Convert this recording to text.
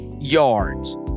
yards